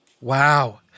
Wow